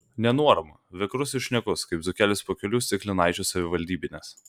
nenuorama vikrus ir šnekus kaip dzūkelis po kelių stiklinaičių savivaldybinės